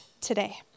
today